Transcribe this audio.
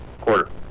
quarter